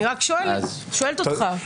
אני רק שואלת אותך.